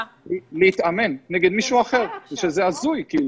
שיכולים להתאמן נגד מישהו אחר - זה הזוי.